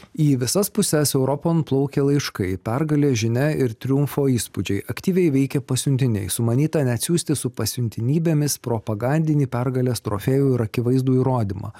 į visas puses europon plaukė laiškai pergalė žinia ir triumfo įspūdžiai aktyviai veikė pasiuntiniai sumanyta net siųsti su pasiuntinybėmis propagandinį pergalės trofėjų ir akivaizdų įrodymą